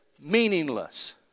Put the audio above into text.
meaningless